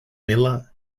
miller